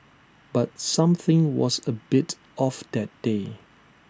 but something was A bit off that day